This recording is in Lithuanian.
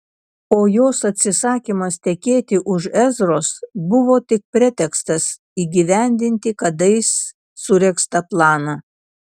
o jos atsisakymas tekėti už ezros buvo tik pretekstas įgyvendinti kadais suregztą planą